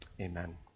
Amen